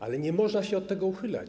Ale nie można się od tego uchylać.